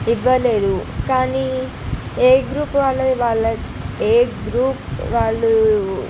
ఇవ్వలేదు కానీ ఏ గ్రూప్ వాళ్ళది వాళ్ళ ఏ గ్రూప్ వాళ్ళు